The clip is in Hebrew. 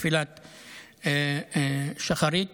בתפילת שחרית,